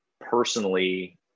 personally